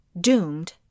doomed